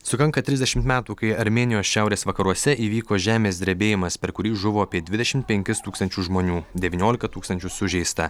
sukanka trisdešimt metų kai armėnijos šiaurės vakaruose įvyko žemės drebėjimas per kurį žuvo apie dvidešimt penkis tūkstančius žmonių devyniolika tūkstančių sužeista